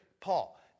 Paul